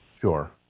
Sure